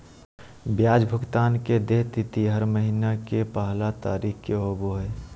ब्याज भुगतान के देय तिथि हर महीना के पहला तारीख़ के होबो हइ